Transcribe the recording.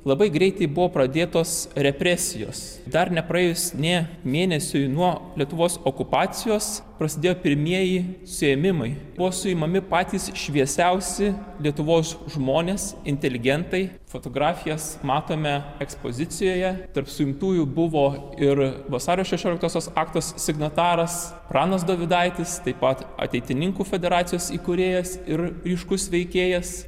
labai greitai buvo pradėtos represijos dar nepraėjus nė mėnesiui nuo lietuvos okupacijos prasidėję pirmieji suėmimai buvo suimami patys šviesiausi lietuvos žmonės inteligentai fotografijas matome ekspozicijoje tarp suimtųjų buvo ir vasario šešioliktosios akto signataras pranas dovydaitis taip pat ateitininkų federacijos įkūrėjas ir ryškus veikėjas